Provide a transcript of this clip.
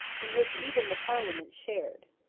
in which even the parliament shared.